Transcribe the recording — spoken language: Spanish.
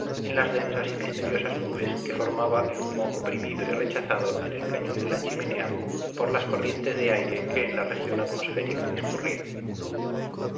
en las densas y misteriosas nubes que formaba el humo oprimido y rechazado en el cañón de la chimenea por las corrientes de aire que en la región atmosférica